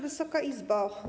Wysoka Izbo!